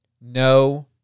no